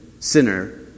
Sinner